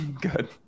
Good